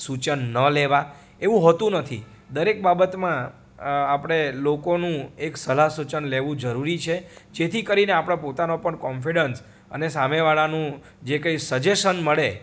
સૂચન ન લેવા એવું હોતું નથી દરેક બાબતમાં આપણે લોકોનું એક સલાહ સૂચન લેવું જરૂરી છે જેથી કરીને આપણો પોતાનો પણ કોન્ફિડન્સ અને સામેવાળાનું જે કઈ સજેસન મળે